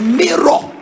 mirror